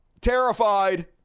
terrified